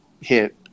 hit